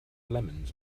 lemons